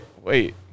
wait